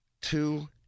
Two